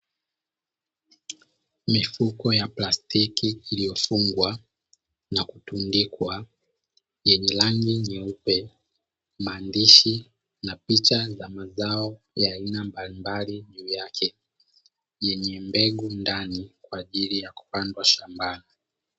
Mifuko ya plastiki iliyofungwa na kutundikwa, yenye rangi nyeupe, maandishi na picha za mazao ya aina mbalimbali juu yake, yenye mbegu ndani, kwa ajili ya kupandwa shambani.